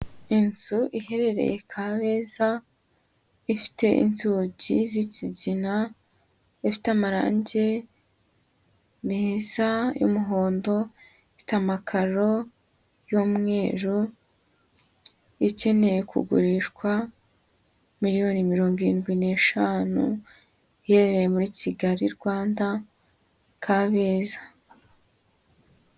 Inzu iherereye Kabeza, ifite inzugi z'ikigina, ifite amarangi meza y'umuhondo, ifite amakaro y'umweru, ikeneye kugurishwa miliyoni mirongo irindwi n'eshanu, iherereye muri Kigali Rwanda Kabeza.